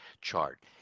chart